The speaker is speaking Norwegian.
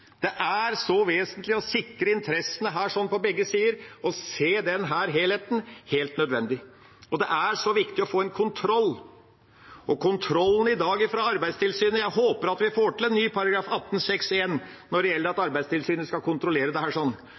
Det er så vesentlig å sikre interessene på begge sider og helt nødvendig å se denne helheten. Det er så viktig å få en kontroll. Og til kontrollen i dag fra Arbeidstilsynet: Jeg håper at vi får til en ny § 18-6 første ledd, når det gjelder at Arbeidstilsynet skal kontrollere